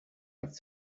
i’ve